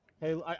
Hey